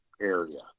area